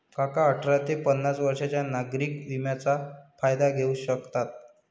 काका अठरा ते पन्नास वर्षांच्या नागरिक विम्याचा फायदा घेऊ शकतात